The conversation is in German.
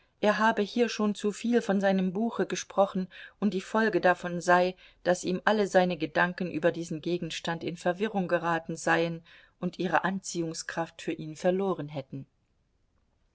er habe hier schon zuviel von seinem buche gesprochen und die folge davon sei daß ihm alle seine gedanken über diesen gegenstand in verwirrung geraten seien und ihre anziehungskraft für ihn verloren hätten